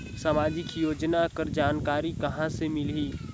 समाजिक योजना कर जानकारी कहाँ से मिलही?